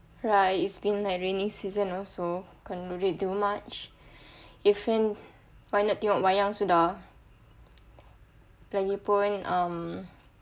right it's been like rainy season also can't really do much even kalau nak tengok wayang sudah lagipun um